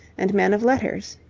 and men of letters.